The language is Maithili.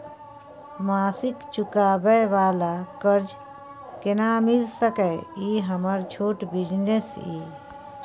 मासिक चुकाबै वाला कर्ज केना मिल सकै इ हमर छोट बिजनेस इ?